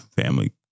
family